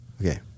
Okay